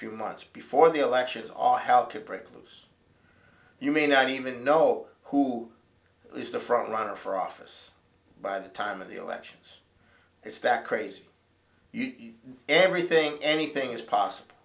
few months before the elections are held to break loose you may not even know who is the front runner for office by the time of the elections if that crazy everything anything is possible